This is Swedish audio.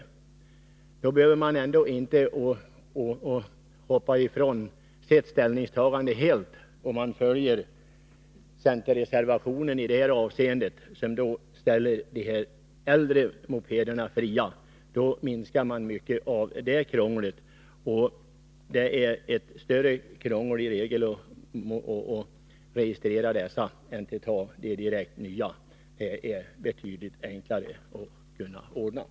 Moderaterna behöver emellertid inte gå ifrån sitt ställningstagande helt, om de följer centerreservationen, som vill låta äldre mopeder gå fria. Då minskar man ju mycket av krånglet. Det är ett större besvär att registrera dessa än att registrera nya mopeder. Det kan ordnas betydligt enklare.